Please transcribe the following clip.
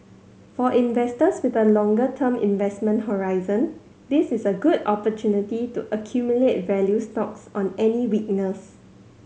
for investors with a longer term investment horizon this is a good opportunity to accumulate value stocks on any weakness